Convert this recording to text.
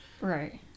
Right